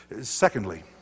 Secondly